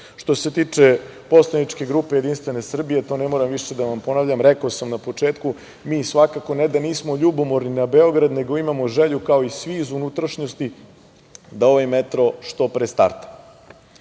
se tiče poslaničke grupe JS, to ne moram više da ponavljam, rekao sam na početku, mi svakako ne da nismo ljubomorni na Beograd, nego imamo želju kao svi iz unutrašnjosti, da ovaj metro što pre starta. Još